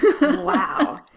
Wow